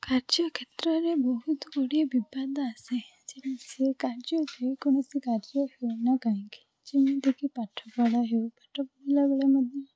କାର୍ଯ୍ୟକ୍ଷେତ୍ରରେ ବହୁତ ଗୁଡ଼ିଏ ବିବାଦ ଆସେ ଯେମିତି ସେ କାର୍ଯ୍ୟ ଯେକୌଣସି କାର୍ଯ୍ୟ ହେଉ ନା କାହିଁକି ଯେମିତିକି ପାଠପଢ଼ା ହେଉ ପାଠ ପଢ଼ିଲାବେଳେ ମଧ୍ୟ